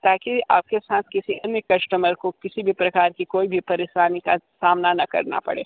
ताकि आपके साथ किसी अन्य कस्टमर को किसी भी प्रकार की कोई भी परेशानी का सामना ना करना पड़े